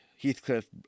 Heathcliff